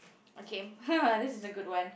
okay haha this is a good one